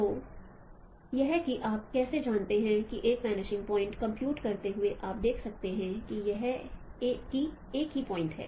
तो यह कि आप कैसे जानते हैं कि एक वनिशिंग पॉइंट कंप्यूट करते हैं और आप देख सकते हैं कि एक ही पॉइंट है